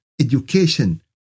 education